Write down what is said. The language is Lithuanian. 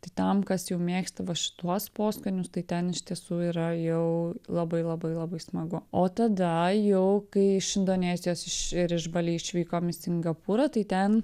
tai tam kas jau mėgsta va šituos poskonius tai ten iš tiesų yra jau labai labai labai smagu o tada jau kai iš indonezijos iš ir iš bali išvykom į singapūrą tai ten